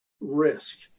risk